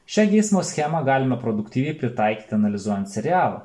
šią geismo schemą galime produktyviai pritaikyti analizuojant serialą